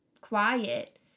quiet